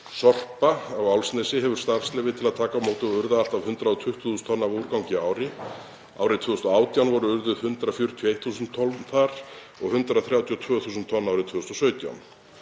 Sorpa Álfsnesi hefur starfsleyfi til að taka á móti og urða allt að 120.000 tonn af úrgangi á ári. Árið 2018 voru urðuð 141.000 tonn í Álfsnesi og 132.000 tonn árið 2017.